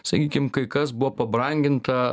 sakykim kai kas buvo pabranginta